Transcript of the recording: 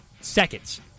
seconds